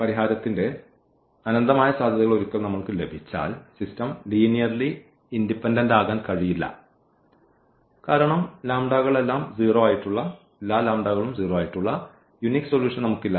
പരിഹാരത്തിന്റെ അനന്തമായ സാധ്യതകൾ ഒരിക്കൽ നമ്മൾക്ക് ലഭിച്ചാൽ സിസ്റ്റം ലീനിയർലി ഇൻഡിപെൻഡന്റ് ആകാൻ കഴിയില്ല കാരണം കൾ എല്ലാം 0 ആയിട്ടുള്ള യൂനിക് സൊലൂഷൻ നമുക്ക് ഇല്ല